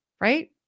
right